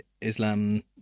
Islam